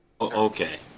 Okay